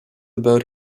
about